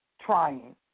trying